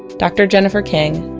dr. jennifer kim,